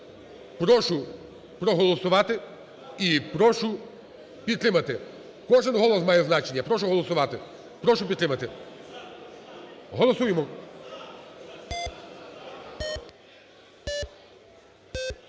Прошу проголосувати і прошу підтримати. Кожен голос має значення. Прошу голосувати. Прошу підтримати. Голосуємо.